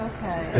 Okay